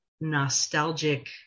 nostalgic